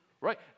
Right